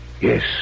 Yes